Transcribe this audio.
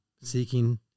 seeking